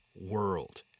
world